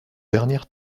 dernière